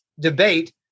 debate